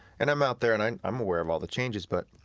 and i'm out there, and i'm i'm aware of all the changes, but